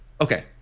Okay